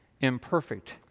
imperfect